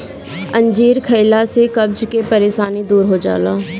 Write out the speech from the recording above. अंजीर खइला से कब्ज के परेशानी दूर हो जाला